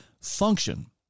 function